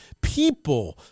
people